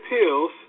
pills